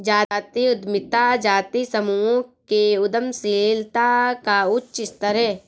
जातीय उद्यमिता जातीय समूहों के उद्यमशीलता का उच्च स्तर है